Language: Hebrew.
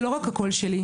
זה לא רק הקול שלי,